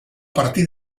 partir